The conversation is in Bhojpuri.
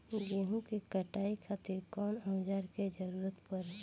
गेहूं के कटाई खातिर कौन औजार के जरूरत परी?